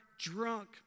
drunk